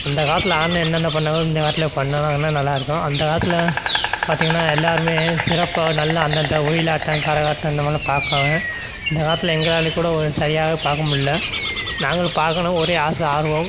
அந்தக் காலத்தில் ஆடின என்னென்ன பண்ணாங்களோ இந்தக் காலத்தில் பண்ணினாங்கன்னா நல்லாயிருக்கும் அந்த காலத்தில் பார்த்தீங்கன்னா எல்லோருமே சிறப்பாக நல்லா அந்தந்த ஒயிலாட்டம் கரகாட்டம் இந்த மாரிலாம் பார்க்குவாங்க இந்தக் காலத்தில் எங்களால் கூட ஒரு சரியாக பார்க்க முடில நாங்களும் பார்க்கணும் ஒரே ஆசை ஆர்வம்